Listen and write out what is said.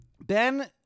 Ben